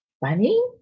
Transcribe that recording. funny